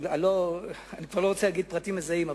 אני לא רוצה להגיד פרטים מזהים.